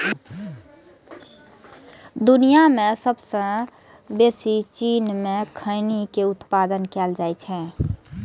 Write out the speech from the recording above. दुनिया मे सबसं बेसी चीन मे खैनी के उत्पादन कैल जाइ छै